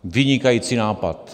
Vynikající nápad.